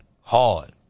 Hard